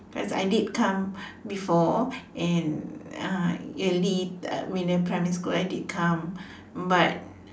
because I did come before and uh early uh when they primary school I did come but